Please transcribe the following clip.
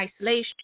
isolation